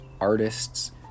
artists